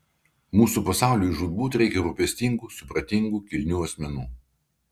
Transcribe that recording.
mūsų pasauliui žūtbūt reikia rūpestingų supratingų kilnių asmenų